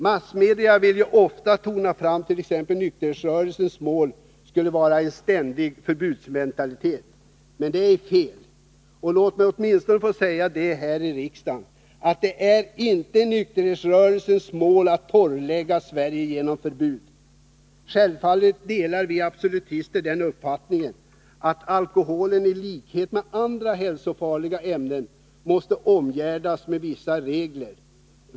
Massmedia vill ju ofta tona fram att t.ex. nykterhetsrörelsens mål skulle vara en ständig förbudsmentalitet. Men det är fel. Låt mig åtminstone få säga här i riksdagen att det inte är nykterhetsrörelsens mål att torrlägga Sverige genom förbud. Självfallet delar vi absolutister uppfattningen att alkoholen, i likhet med andra hälsofarliga ämnen, måste omgärdas med vissa regler.